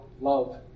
love